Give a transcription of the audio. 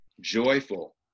joyful